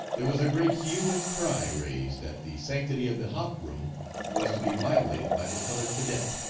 there was a great hue and cry raised that the sanctity of the hop room was to be violated by the colored cadet.